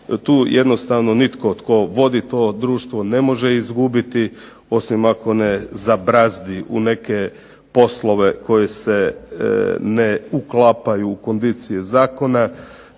tu jednostavno nitko tko vodi to društvo ne može izgubiti, osim ako ne zabrazdi u neke poslove koje se ne uklapaju u kondicije zakona.